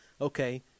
Okay